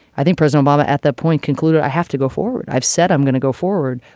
i think president obama at that point concluded i have to go forward. i've said i'm going to go forward.